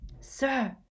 Sir